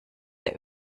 der